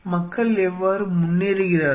மக்கள் எவ்வாறு முன்னேறுகிறார்கள்